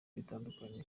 bitandukanye